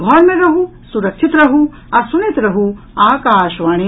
घर मे रहू सुरक्षित रहू आ सुनैत रहू आकाशवाणी